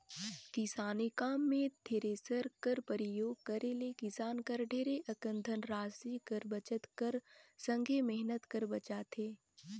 किसानी काम मे थेरेसर कर परियोग करे ले किसान कर ढेरे अकन धन रासि कर बचत कर संघे मेहनत हर बाचथे